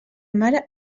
mare